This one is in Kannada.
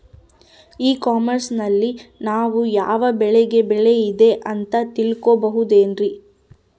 ಇ ಕಾಮರ್ಸ್ ನಲ್ಲಿ ನಾವು ಯಾವ ಬೆಳೆಗೆ ಬೆಲೆ ಇದೆ ಅಂತ ತಿಳ್ಕೋ ಬಹುದೇನ್ರಿ?